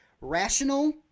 rational